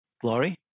glory